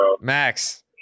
Max